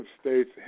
states